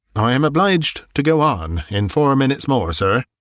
i am obliged to go on in four minutes more sir,